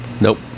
Nope